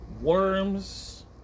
Worms